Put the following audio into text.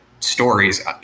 stories